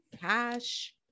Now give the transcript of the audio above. cash